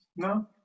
No